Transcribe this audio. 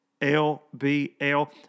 LBL